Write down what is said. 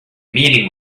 meeting